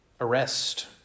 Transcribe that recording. arrest